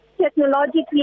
technologically